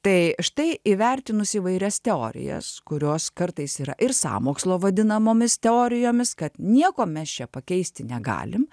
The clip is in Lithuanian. tai štai įvertinus įvairias teorijas kurios kartais yra ir sąmokslo vadinamomis teorijomis kad nieko mes čia pakeisti negalim